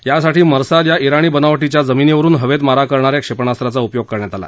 यासाठी मर्साद या ज्ञाणी बनावटीच्या जमीनीवरुन हवेत मारा करणाऱ्या क्षेपणास्त्राचा उपयोग करण्यात आला